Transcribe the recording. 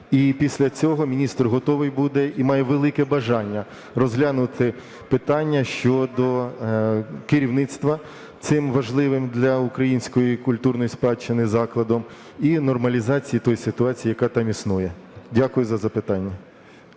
І після цього міністр готовий буде і має велике бажання розглянути питання щодо керівництва цим важливим для української культурної спадщини закладом і нормалізації тої ситуації, яка там існує. Дякую за запитання.